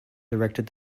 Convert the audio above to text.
directed